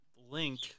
link